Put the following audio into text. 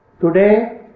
Today